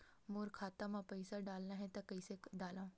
मोर खाता म पईसा डालना हे त कइसे डालव?